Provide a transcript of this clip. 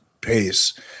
pace